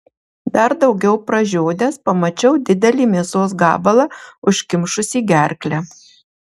dar daugiau pražiodęs pamačiau didelį mėsos gabalą užkimšusį gerklę